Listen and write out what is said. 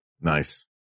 Nice